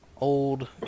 old